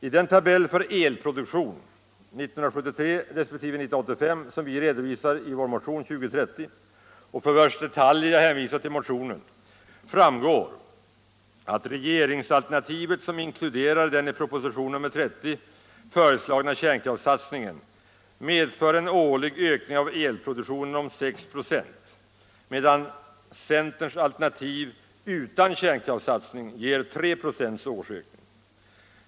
Av den tabell för elproduktion 1973 resp. 1985 som vi redovisar i vår motion 2030, och för vars detaljer jag hänvisar till motionen, framgår att regeringsalternativet, som inkluderar den i propositionen 30 föreslagna kärnkraftsatsningen, medför en årlig ökning av elproduktionen om 6 96, medan centerns alternativ utan kärnkraftsatsning ger 3 26 årsökning.